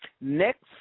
Next